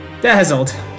Dazzled